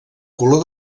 color